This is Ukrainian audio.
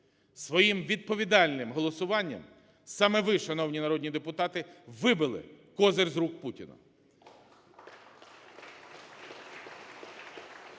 Своїм відповідальним голосуванням саме ви, шановні народні депутати, вибили козир з рук Путіна.